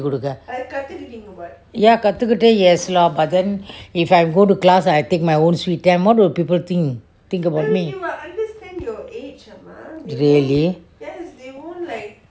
ya கத்துகிட்டேன்:kathukitthen yes lah but then if I go to class I take my own sweet time what would people think think about me really